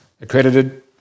accredited